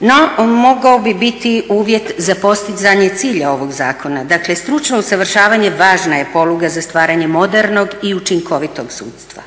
no mogao bi biti uvjet za postizanje cilja ovog zakona. Dakle, stručno usavršavanje važna je poluga za stvaranje modernog i učinkovitog sudstva.